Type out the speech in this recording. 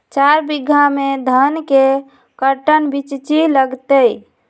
चार बीघा में धन के कर्टन बिच्ची लगतै?